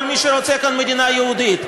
כל מי שרוצה כאן מדינה יהודית.